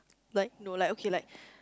like no like okay like